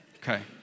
Okay